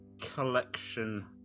Collection